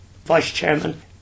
vice-chairman